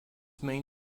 main